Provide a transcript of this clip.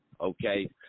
okay